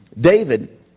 David